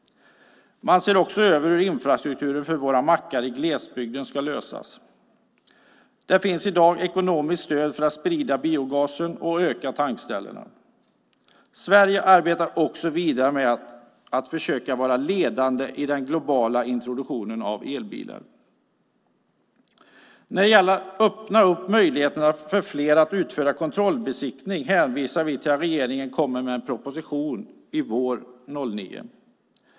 Man ser också över hur infrastrukturen för våra mackar i glesbygden ska lösas. Det finns i dag ekonomiskt stöd för att sprida biogasen och öka tankställena. Sverige arbetar också vidare med att försöka vara ledande i den globala introduktionen av elbilen. När det gäller att öppna möjligheterna för fler att utföra kontrollbesiktning hänvisar vi till att regeringen kommer med en proposition i vår, 2009.